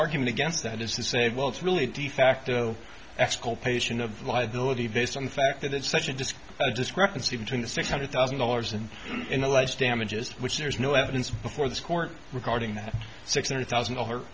argument against that is the say well it's really de facto exculpation of liability based on the fact that it's such a disk discrepancy between the six hundred thousand dollars and an alleged damages which there's no evidence before the court regarding that six hundred thousand dollar